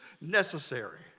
necessary